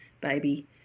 baby